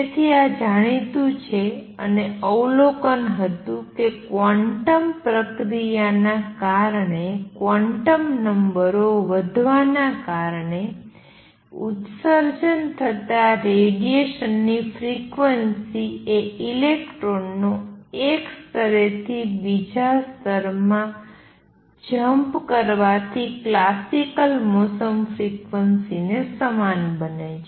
તેથી આ જાણીતું છે અને અવલોકન હતું કે ક્વોન્ટમ પ્રક્રિયાના કારણે ક્વોન્ટમ નંબરો વધવાના કારણે ઉત્સર્જન થતાં રેડીએશનની ફ્રિક્વન્સી એ ઇલેક્ટ્રોનનો એક સ્તરેથી બીજા સ્તરમાં જમ્પ કરવાથી ક્લાસિકલ મોસન ફ્રિક્વન્સી ને સમાન બને છે